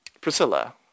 Priscilla